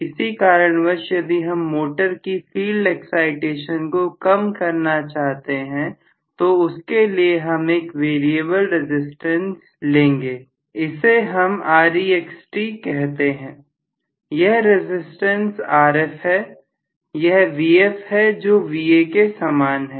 किसी कारणवश यदि हम मोटर की फील्ड एक्साइटेशन को कम करना चाहते हैं तो उसके लिए यह एक वेरिएबल रसिस्टेंस है इस हम कहते हैं यह रसिस्टेंस Rf है यह Vf है जो Va के समान है